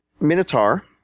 Minotaur